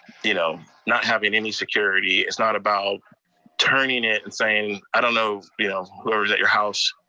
you know not having any security. it's not about turning it and saying, i don't know whoever is at your house.